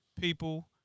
people